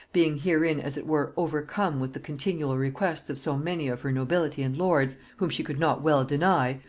being herein as it were overcome with the continual requests of so many of her nobility and lords, whom she could not well deny,